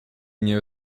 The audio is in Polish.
nie